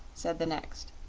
said the next.